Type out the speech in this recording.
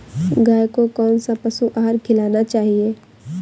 गाय को कौन सा पशु आहार खिलाना चाहिए?